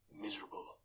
miserable